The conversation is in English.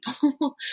people